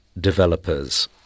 developers